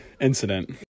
incident